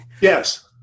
Yes